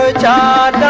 ah da